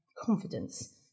confidence